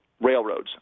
railroads